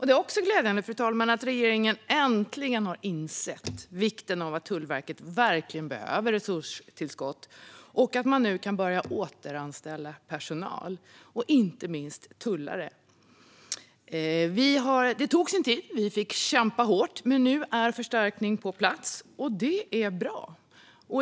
Det är också glädjande att regeringen äntligen har insett att Tullverket verkligen behöver resurstillskott. Nu kan man börja återanställa personal, inte minst tullare. Det tog sin tid, och vi fick kämpa hårt. Men nu är förstärkning på plats, och det är bra.